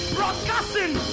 Broadcasting